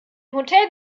hotel